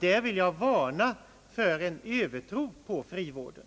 Där vill jag varna för en övertro på frivården.